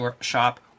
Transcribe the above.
shop